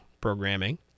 programming